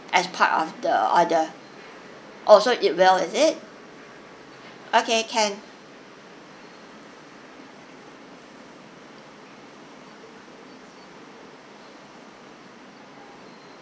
as part of the order oh so it will is it okay can